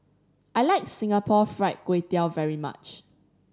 I like Singapore Fried Kway Tiao very much